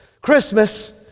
christmas